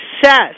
success